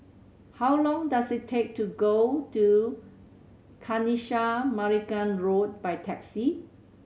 how long does it take to go to Kanisha Marican Road by taxi